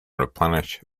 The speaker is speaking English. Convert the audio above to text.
replenish